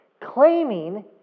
claiming